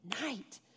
night